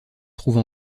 trouve